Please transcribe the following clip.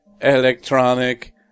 electronic